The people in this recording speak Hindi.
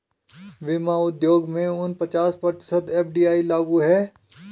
बीमा उद्योग में उनचास प्रतिशत एफ.डी.आई लागू है